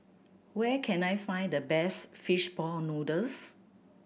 where can I find the best fish ball noodles